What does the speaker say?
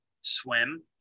swim